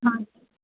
हा